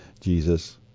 Jesus